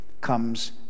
comes